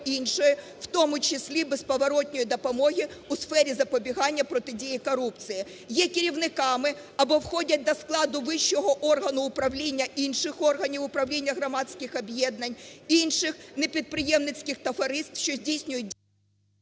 в тому числі безповоротньої допомоги у сфері запобігання протидії корупції, є керівниками або входять до складу вищого органу управління інших органів управління громадських об'єднань, інших непідприємницьких товариств, що здійснюють…"